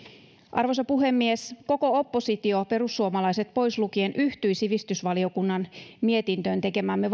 arvoisa puhemies koko oppositio perussuomalaiset pois lukien yhtyi sivistysvaliokunnan mietintöön tekemäämme